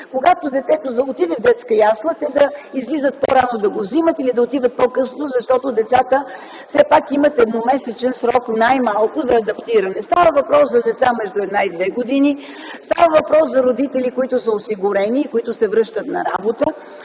когато детето отиде в детска ясла, те да излизат по-рано да го вземат, или да отиват по-късно, защото децата все пак имат най-малко едномесечен срок за адаптиране. Става въпрос за деца между една и две години, става въпрос за родители, които са осигурени и които се връщат на работа.